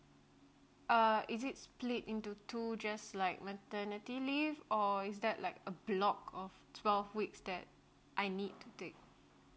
uh is it split into two just like maternity leave or is that like a block of twelve weeks that I need to take